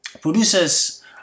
producers